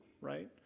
right